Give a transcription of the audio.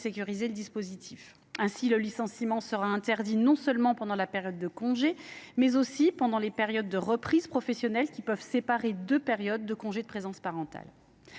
sécuriser ce dispositif : le licenciement sera interdit non seulement pendant les périodes de congé, mais aussi pendant les reprises professionnelles qui peuvent séparer deux périodes de congé de présence parentale.